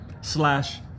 slash